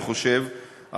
אני חושב,